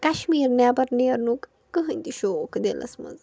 کَشمیٖر نٮ۪بر نٮ۪رنُک کٕہیٖنۍ تہِ شوق دِلس منٛز